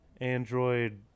Android